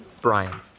Brian